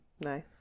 nice